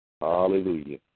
Hallelujah